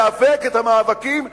להיאבק את המאבקים,